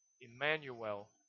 Emmanuel